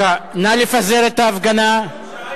נא לפזר את ההפגנה.